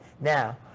now